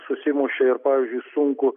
susimušė ir pavyzdžiui sunkų